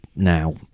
now